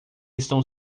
estão